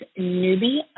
Newbie